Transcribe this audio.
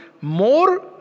more